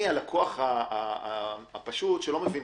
אני הלקוח הפשוט, שלא מבין בשיפוצים,